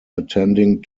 attending